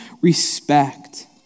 respect